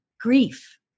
grief